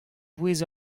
bouez